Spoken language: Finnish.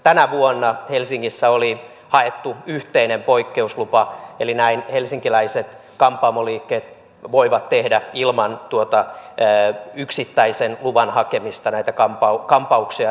tänä vuonna helsingissä oli haettu yhteinen poikkeuslupa eli näin helsinkiläiset kampaamoliikkeet voivat tehdä ilman tuota yksittäisen luvan hakemista näitä kampauksia